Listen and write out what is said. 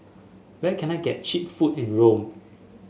where can I get cheap food in Rome